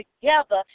together